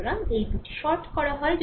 সুতরাং এই দুটি শর্ট করা হয়